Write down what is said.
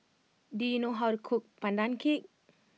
do you know how to cook Pandan Cake